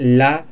la